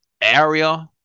area